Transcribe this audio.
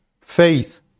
faith